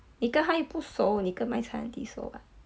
你跟她又不熟你跟卖菜 auntie 熟 ah